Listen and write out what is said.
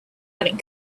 having